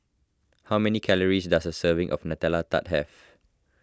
how many calories does a serving of Nutella Tart have